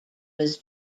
was